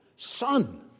Son